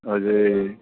हजुर ए